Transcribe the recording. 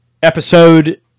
Episode